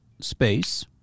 space